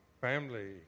family